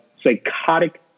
psychotic